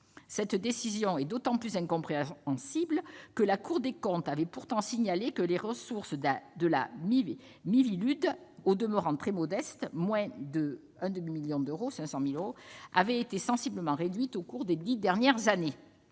Cette décision est d'autant plus incompréhensible que la Cour des comptes avait pourtant signalé que les ressources de la Miviludes, au demeurant très modestes puisqu'elles sont de moins de 500 000 euros, avaient été sensiblement réduites au cours des dix dernières années.